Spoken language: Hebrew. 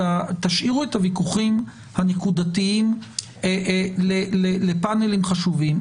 תשאירו את הוויכוחים הנקודתיים לפאנלים חשובים.